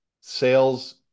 sales